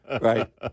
right